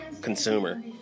consumer